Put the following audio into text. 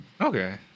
Okay